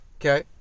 okay